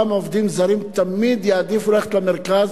עובדים זרים יעדיפו תמיד ללכת למרכז,